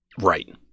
Right